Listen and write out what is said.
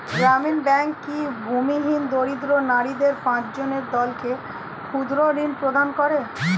গ্রামীণ ব্যাংক কি ভূমিহীন দরিদ্র নারীদের পাঁচজনের দলকে ক্ষুদ্রঋণ প্রদান করে?